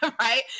right